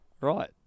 right